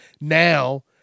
Now